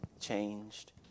changed